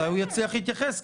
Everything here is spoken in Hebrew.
אולי הוא יצליח להתייחס.